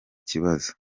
kibazo